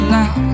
now